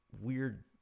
weird